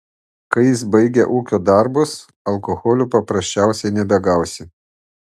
kai jis baigia ūkio darbus alkoholio paprasčiausiai nebegausi